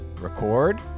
record